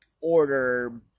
order